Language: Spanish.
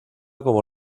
como